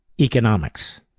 Economics